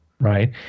Right